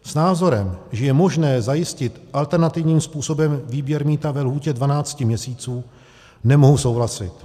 S názorem, že je možné zajistit alternativním způsobem výběr mýta ve lhůtě dvanácti měsíců, nemohu souhlasit.